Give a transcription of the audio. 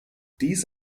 dies